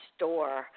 Store